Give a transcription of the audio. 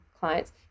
clients